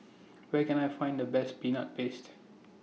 Where Can I Find The Best Peanut Paste